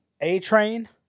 A-Train